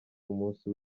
umunsi